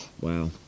Wow